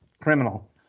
criminal